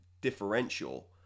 differential